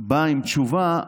באה עם תשובה,